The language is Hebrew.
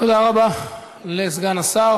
תודה רבה לסגן השר.